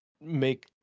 make